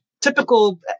Typical